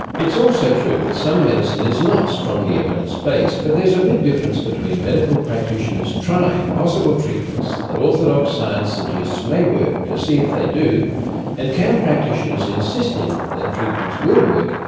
it's also true that some medicine is not strongly evidence-based, but there is a big difference between medical practitioners trying possible treatments that orthodox science suggests may work to see if they do and cam practitioners insisting that their treatments will work,